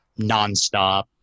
nonstop